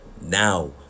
now